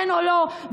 כן או לא,